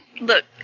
Look